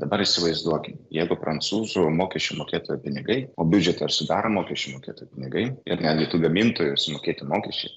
dabar įsivaizduokim jeigu prancūzų mokesčių mokėtojų pinigai o biudžetą ir sudaro mokesčių mokėtojų pinigai ir netgi tų gamintojų sumokėti mokesčiai